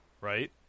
right